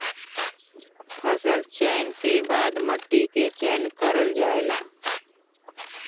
फसल चयन के बाद मट्टी क चयन करल जाला